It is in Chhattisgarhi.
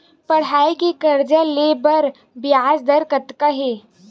पढ़ई के कर्जा ले बर ब्याज दर कतका हे?